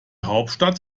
hauptstadt